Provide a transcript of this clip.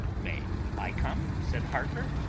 may i come? said harker.